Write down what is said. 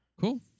Cool